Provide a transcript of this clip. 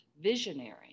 visionary